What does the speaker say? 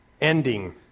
ending